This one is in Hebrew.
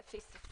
אלא לפי שפה.